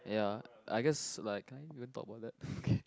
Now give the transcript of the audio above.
ya I guess like can I even talk about that okay